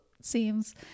seems